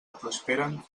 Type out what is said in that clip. prosperen